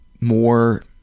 more